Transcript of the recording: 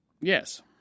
Yes